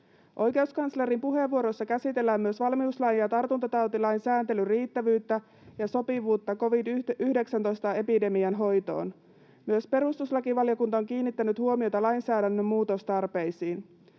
Oikeuskanslerin puheenvuorossa käsitellään myös valmiuslain ja tartuntatautilain sääntelyn riittävyyttä ja sopivuutta covid-19-epidemian hoitoon. Myös perustuslakivaliokunta on kiinnittänyt huomiota lainsäädännön muutostarpeisiin.